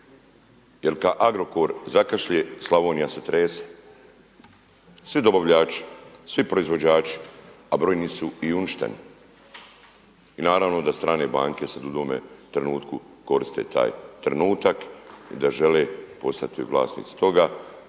jer kada Agrokor zakašlje Slavonija se trese, svi dobavljači, svi proizvođači, a brojni su i uništeni. I naravno da strane banke sada u ovome trenutku koriste taj trenutak i da žele postati vlasnici toga,